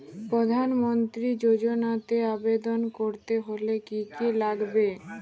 প্রধান মন্ত্রী যোজনাতে আবেদন করতে হলে কি কী লাগবে?